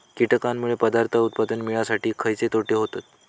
कीटकांनमुळे पदार्थ उत्पादन मिळासाठी खयचे तोटे होतत?